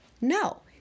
No